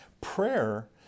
Prayer